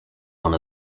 one